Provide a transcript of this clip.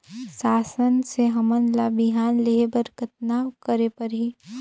शासन से हमन ला बिहान लेहे बर कतना करे परही?